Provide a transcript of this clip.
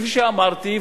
כפי שאמרתי,